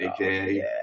aka